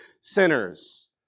sinners